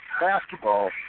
basketball